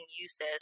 uses